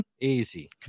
easy